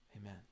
Amen